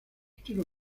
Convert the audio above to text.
estilo